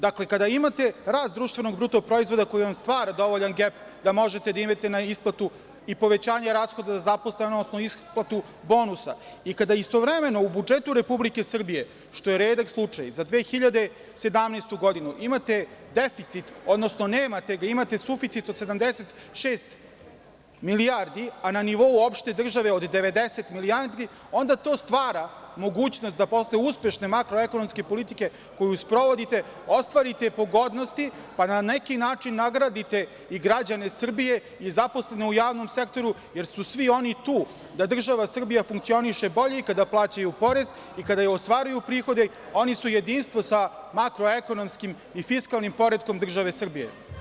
Dakle, kada imate rast društvenog bruto proizvoda koji vam stvara dovoljan gep da možete da idete na isplatu i povećanje rashoda za zaposlene, odnosno isplatu bonusa, i kada istovremeno u budžetu Republike Srbije, što je redak slučaj, za 2017. godinu imate deficit, odnosno nemate ga, imate suficit od 76 milijardi, a na nivou opšte države od 90 milijardi, onda to stvara mogućnost da posle uspešne makroekonomske politike koju sprovodite ostvarite pogodnosti pa da na neki način nagradite i građane Srbije i zaposlene u javnom sektoru, jer su svi oni tu da država Srbija funkcioniše bolje i kada plaćaju porez i kada ostvaruju prihode, oni su jedinstvo sa makroekonomskim i fiskalnim poretkom države Srbije.